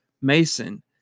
Mason